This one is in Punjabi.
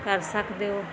ਕਰ ਸਕਦੇ ਹੋ